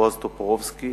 בועז טופורובסקי,